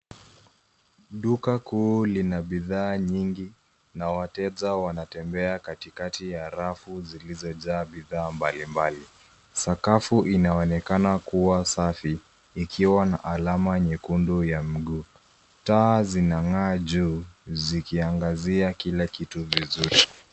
Duka kuu lina bidhaa nyingi na wateja wanatembea katikati ya rafu zilizojaa bidhaa mbalimbali. Sakafu inaonekana kuwa safi ikiwa na alama nyekundu ya mguu. Taa zinangaa juu zikiangazia kila kitu vizuri.